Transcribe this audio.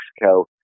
Mexico